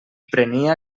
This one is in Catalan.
prenia